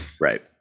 Right